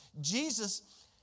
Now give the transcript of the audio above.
Jesus